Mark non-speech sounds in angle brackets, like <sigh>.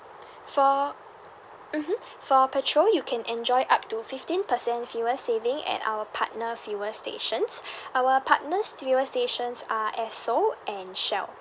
for mmhmm for petrol you can enjoy up to fifteen percent fuel saving at our partner fuel stations <breath> our partner's fuel stations are esso and shell